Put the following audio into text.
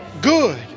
good